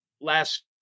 Last